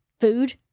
food